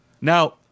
Now